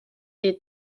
des